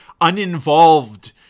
uninvolved